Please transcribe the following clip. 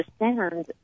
understand